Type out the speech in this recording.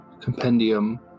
compendium